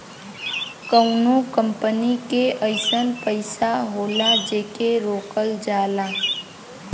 कउनो कंपनी के अइसन पइसा होला जेके रोकल जाला